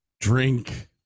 drink